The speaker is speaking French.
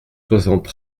soixante